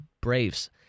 Braves